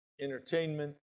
entertainment